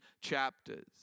chapters